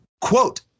Quote